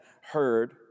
heard